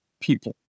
people